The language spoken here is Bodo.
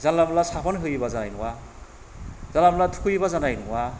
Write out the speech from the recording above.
जानला मोनला साबोन होयोबा जानाय नङा जानला मोनला थुखैयोबा जानाय नङा